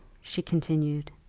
she continued.